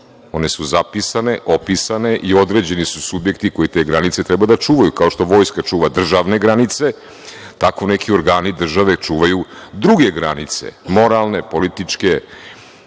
ne su zapisane, opisane i određeni su subjekti koji te granice treba da čuvaju, kao što vojska čuva državne granice, tako neki organi države čuvaju druge granice moralne, političke,